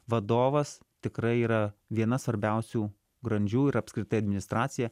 vadovas tikrai yra viena svarbiausių grandžių ir apskritai administracija